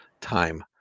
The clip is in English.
time